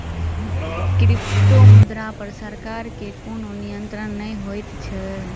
क्रिप्टोमुद्रा पर सरकार के कोनो नियंत्रण नै होइत छै